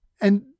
And